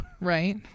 right